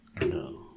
No